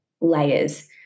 layers